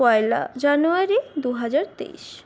পয়লা জানুয়ারি দু হাজার তেইশ